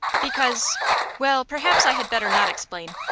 because well, perhaps i had better not explain.